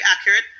accurate